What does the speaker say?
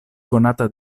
konata